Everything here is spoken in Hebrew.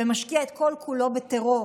ומשקיע את כל-כולו בטרור,